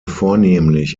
vornehmlich